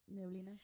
Neblina